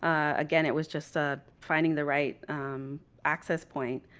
um again, it was just ah finding the right access point.